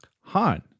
Han